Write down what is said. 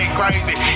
crazy